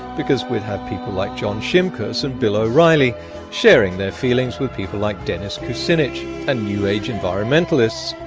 because we'd have people like john shimkus and bill o'reilly sharing their feelings with people like dennis kucinich and new age environmentalists,